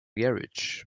garage